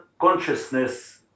consciousness